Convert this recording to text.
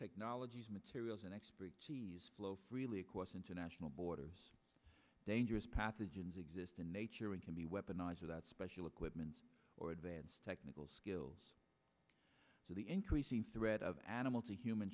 technologies materials and expertise flow freely across international borders dangerous pathogens exist in nature and can be weaponized without special equipment or advanced technical skills to the increasing threat of animal to human